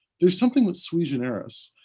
they're something that's sui generis.